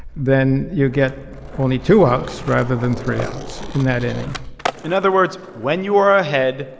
then you get only two outs rather than three outs in that inning in other words, when you are ahead,